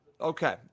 Okay